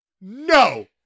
No